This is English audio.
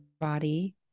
body